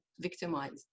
victimized